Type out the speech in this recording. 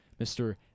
Mr